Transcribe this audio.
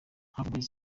havumbuwe